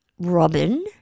Robin